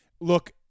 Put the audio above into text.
Look